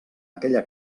aquella